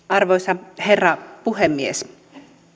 arvoisa herra puhemies